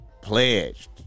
pledged